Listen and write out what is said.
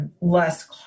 Less